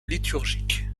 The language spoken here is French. liturgique